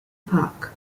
park